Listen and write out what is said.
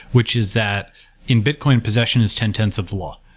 which is that in bitcoin, possession is ten tenths of the law